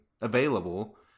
available